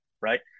right